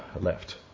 left